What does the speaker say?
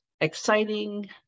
exciting